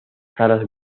caras